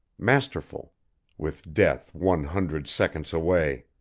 masterful with death one hundred seconds away.